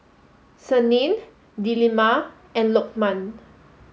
Senin Delima and Lokman